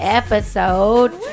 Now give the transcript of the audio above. episode